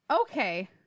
okay